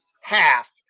half